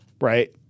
right